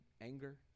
anger